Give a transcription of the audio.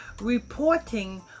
reporting